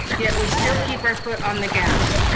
yet we still keep our foot on the gas.